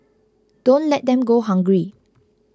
don't let them go hungry